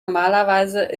normalerweise